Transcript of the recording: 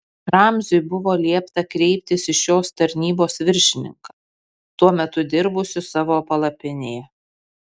ramziui buvo liepta kreiptis į šios tarnybos viršininką tuo metu dirbusį savo palapinėje